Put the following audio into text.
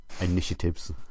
Initiatives